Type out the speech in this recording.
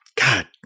God